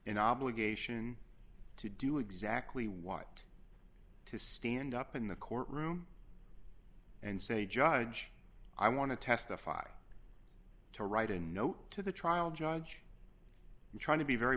an obligation to do exactly what to stand up in the courtroom and say judge i want to testify to write a note to the trial judge trying to be very